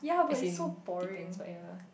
as in depends lah ya